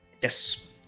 Yes